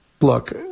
look